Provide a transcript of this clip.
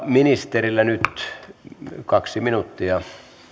ministerillä nyt kaksi minuuttia